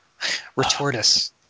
Retortus